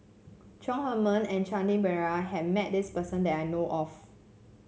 Chong Heman and Shanti Pereira had met this person that I know of